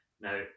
Now